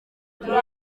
gihe